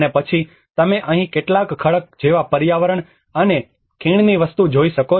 અને પછી તમે અહીં કેટલાક ખડક જેવા પર્યાવરણ અને ખીણની વસ્તુ જોઈ શકો છો